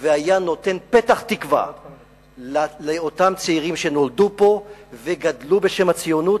והיה נותן פתח תקווה לאותם צעירים שנולדו פה וגדלו בשם הציונות,